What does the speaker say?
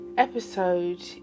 episode